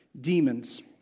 demons